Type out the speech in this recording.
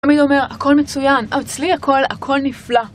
תמיד אומר, הכל מצוין, אצלי הכל, הכל נפלא.